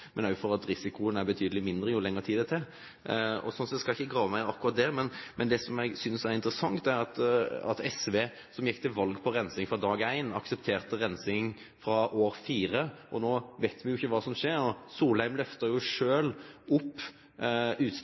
risikoen er betydelig mindre jo lengre tid det tar. Men jeg skal ikke grave mer i akkurat dette. Det som jeg synes er interessant, er at SV, som gikk til valg på rensing fra dag én, aksepterte rensing fra år 4, og nå vet vi ikke hva som skjer. Statsråd Solheim løftet jo selv opp